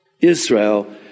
Israel